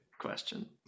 question